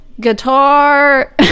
guitar